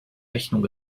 rechnung